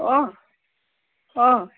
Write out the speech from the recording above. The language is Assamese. অ অ